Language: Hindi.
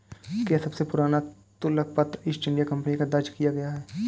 क्या सबसे पुराना तुलन पत्र ईस्ट इंडिया कंपनी का दर्ज किया गया है?